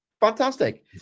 fantastic